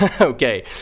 okay